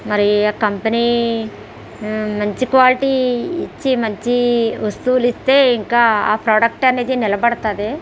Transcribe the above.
మరి కంపెనీ మంచి క్వాలిటీ ఇచ్చి మంచి వస్తువులు ఇస్తే ఇంకా ఆ ప్రోడక్ట్ అనేది నిలబడుతుంది